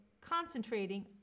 concentrating